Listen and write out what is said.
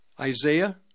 Isaiah